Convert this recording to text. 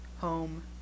Home